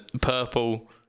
purple